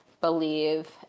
believe